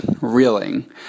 reeling